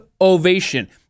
ovation